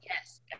yes